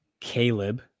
Caleb